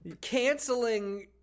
Canceling